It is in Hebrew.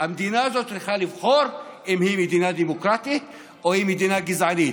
המדינה הזאת צריכה לבחור אם היא מדינה דמוקרטית או אם היא מדינה גזענית.